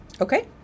Okay